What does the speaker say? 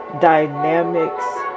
dynamics